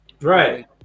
right